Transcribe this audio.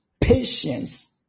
patience